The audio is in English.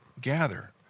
gather